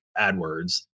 adwords